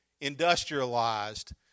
industrialized